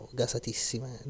gasatissime